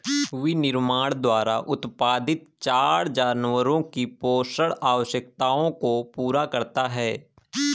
विनिर्माण द्वारा उत्पादित चारा जानवरों की पोषण आवश्यकताओं को पूरा करता है